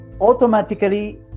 automatically